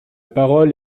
parole